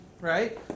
right